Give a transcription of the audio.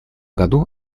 году